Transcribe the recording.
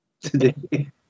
today